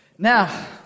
Now